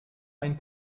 ein